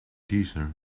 deezer